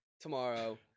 tomorrow